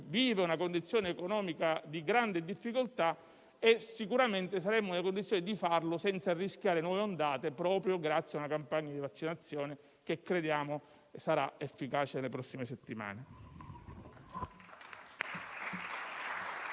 vive una condizione economica di grande difficoltà e sicuramente saremmo nelle condizioni di farlo senza rischiare nuove ondate, proprio grazie a una campagna di vaccinazione che crediamo sarà efficace nelle prossime settimane.